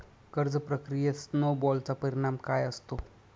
कर्ज प्रक्रियेत स्नो बॉलचा परिणाम काय असतो?